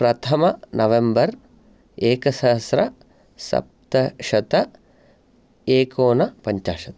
प्रथम नवेम्बर् एकसहस्रसप्तशत एकोनपञ्चाशत्